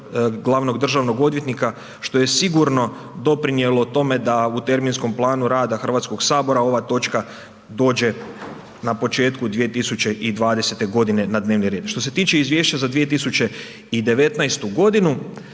glavnog državnog odvjetnika, što je sigurno doprinjelo tome da u terminskom planu rada Hrvatskog sabora, ova točka dođe na početku 2020.-te godine na dnevni red. Što se tiče Izvješća za 2019.-tu godinu,